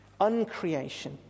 uncreation